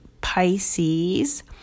Pisces